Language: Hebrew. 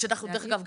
ודרך אגב,